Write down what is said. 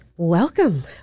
Welcome